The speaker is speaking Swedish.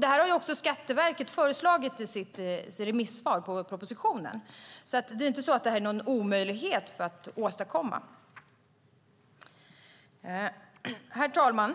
Det här har också Skatteverket föreslagit i sitt remissvar på propositionen, så det här är inte något som är omöjligt att åstadkomma. Herr talman!